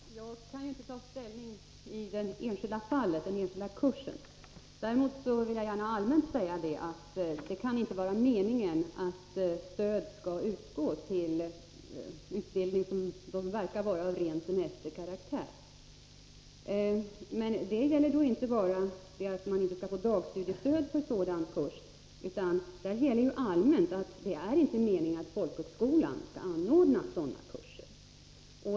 Herr talman! Jag kan inte ta ställning till det enskilda fallet eller den enskilda kursen. Däremot vill jag rent allmänt gärna säga att det inte kan vara meningen att stöd skall utgå till utbildning som har ren semesterkaraktär. Men det är inte enbart fråga om att sådana kurser inte skall få dagstudiestöd. Det är inte meningen att folkhögskolan skall anordna sådana kurser.